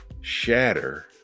shatter